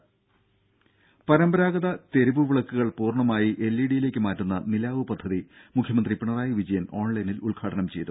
രുര പരമ്പരാഗത തെരുവു വിളക്കുകൾ പൂർണ്ണമായി എൽ ഇ ഡി യിലേക്ക് മാറ്റുന്ന നിലാവ് പദ്ധതി മുഖ്യമന്ത്രി പിണറായി വിജയൻ ഓൺലൈനിൽ ഉദ്ഘാടനം ചെയ്തു